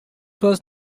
was